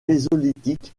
mésolithique